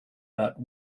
but